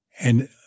And-